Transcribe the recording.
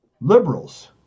Liberals